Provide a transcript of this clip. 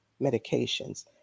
medications